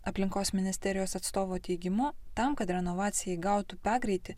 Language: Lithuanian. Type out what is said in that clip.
aplinkos ministerijos atstovo teigimu tam kad renovacija įgautų pagreitį